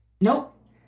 Nope